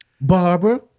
Barbara